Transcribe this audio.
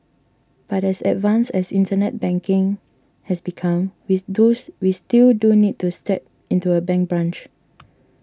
but as advanced as internet banking has become we we still do need to step into a bank branch